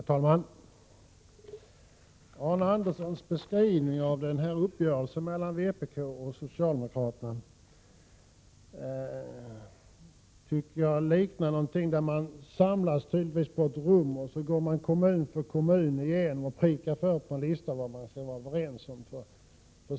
Herr talman! På Arne Anderssons i Gamleby beskrivning av uppgörelsen mellan vpk och socialdemokraterna verkar det som om det har gått till så, att man har samlats på ett rum och gått igenom kommun för kommun och prickat för på en lista vilka siffror man skall vara överens om.